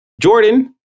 Jordan